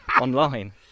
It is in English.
online